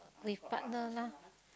with partner lah